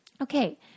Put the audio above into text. Okay